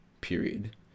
period